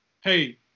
hey